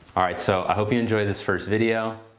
alright, so i hope you enjoy this first video.